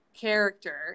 character